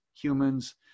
humans